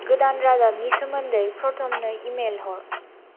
गोदान रादाबनि सोमोन्दै प्रथमनो इमेइल हर